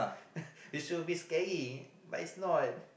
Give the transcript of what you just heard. it should be scary but it's not